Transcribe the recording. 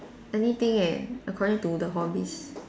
anything eh according to the hobbies